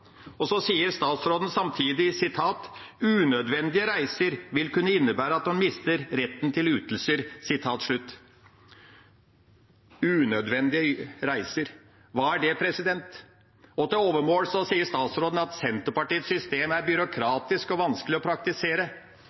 og så sier statsråden samtidig: Unødvendige reiser vil kunne innebære at man mister retten til ytelser. Unødvendige reiser – hva er det? Og til overmål sier statsråden at Senterpartiets system er byråkratisk og vanskelig å praktisere.